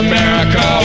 America